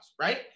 right